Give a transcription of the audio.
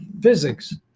Physics